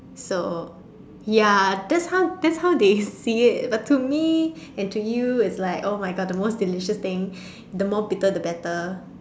so ya that's how that's how they see it but to me and to you it's like !oh-my-God! the most delicious thing the more bitter the better